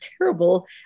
terrible